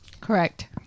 Correct